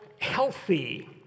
healthy